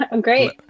Great